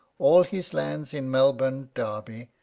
all his lands in melbourne, derby,